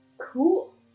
Cool